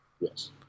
Yes